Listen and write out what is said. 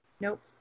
nope